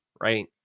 right